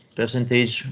percentage